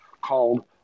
called